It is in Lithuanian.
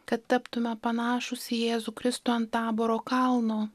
kad taptume panašūs į jėzų kristų ant taboro kalno